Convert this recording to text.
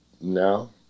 now